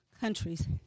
countries